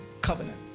covenant